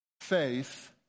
faith